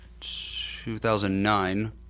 2009